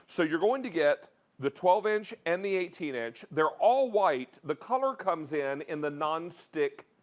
so you're going to get the twelve inch and the eighteen inch. they're all white. the color comes in in the nonstick,